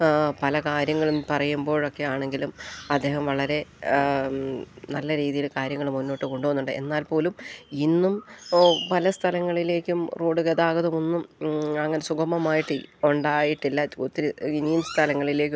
പല കാര്യങ്ങളും പറയുമ്പോഴൊക്കെ ആണെങ്കിലും അദ്ദേഹം വളരെ നല്ല രീതിയില് കാര്യങ്ങള് മുന്നോട്ട് കൊണ്ടുപോകുന്നുണ്ട് എന്നാൽപ്പോലും ഇന്നും പല സ്ഥലങ്ങളിലേക്കും റോഡ് ഗതാഗതം ഒന്നും അങ്ങനെ സുഗമമാക്കി ഉണ്ടായിട്ടില്ല ഒത്തിരി ഇനിയും സ്ഥലങ്ങളിലേക്കൊന്നും